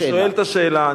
אני שואל את השאלה.